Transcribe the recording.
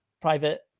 private